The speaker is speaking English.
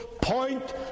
point